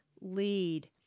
lead